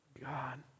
God